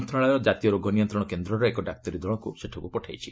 ମନ୍ତ୍ରଣାଳୟ ଜାତୀୟ ରୋଗ ନିୟନ୍ତ୍ରଣ କେନ୍ଦ୍ରର ଏକ ଡାକ୍ତରୀ ଦଳଙ୍କୁ ସେଠାକୁ ପଠାଇଛି